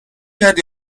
کرد